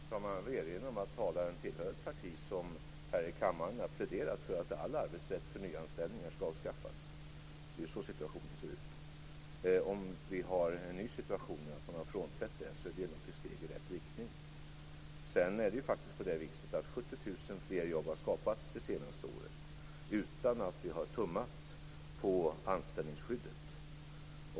Fru talman! Jag vill erinra om att talaren tillhör ett parti som här i kammaren har pläderat för att all arbetsrätt för nyanställningar skall avskaffas. Det är så situationen ser ut. Om vi nu har en ny situation, om man har frånträtt detta, är det ett steg i rätt riktning. Sedan är det faktiskt så att 70 000 fler jobb har skapats det senaste året - utan att vi har tummat på anställningsskyddet.